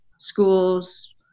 schools